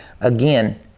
again